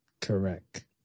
Correct